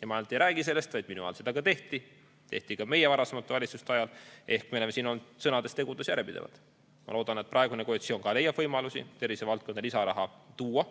Ja ma mitte ainult ei räägi sellest, vaid minu ajal seda ka tehti, samuti tehti meie varasemate valitsuste ajal. Ehk me oleme siin olnud sõnades ja tegudes järjepidevad. Ma loodan, et praegune koalitsioon leiab samuti võimalusi tervisevaldkonda lisaraha tuua.